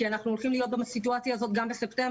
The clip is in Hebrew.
כי אנחנו הולכים להיות בסיטואציה הזאת גם בספטמבר.